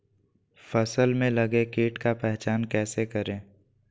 फ़सल में लगे किट का पहचान कैसे करे?